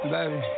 Baby